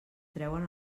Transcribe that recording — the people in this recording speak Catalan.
treuen